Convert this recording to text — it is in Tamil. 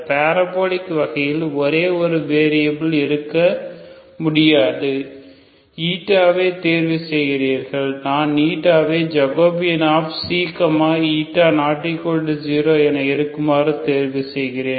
பாரபொலிக் வகையில் ஒரே ஒரு வெரியபில் இருக்க முடியாது η ஐ தேர்வு செய்கிறீர்கள் நான் η ஐ Jξ≠0 என இருக்குமாறு தேர்வு செய்கிறேன்